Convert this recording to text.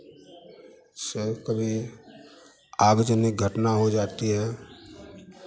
से कभी आगजनी घटना हो जाती है